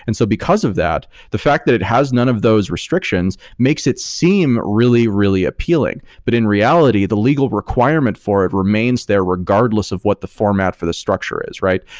and so because of that, the fact that it has none of those restrictions makes it seem really, really appealing, but in reality the legal requirement for it remains there regardless of what the format for the structure is, right?